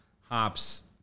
hops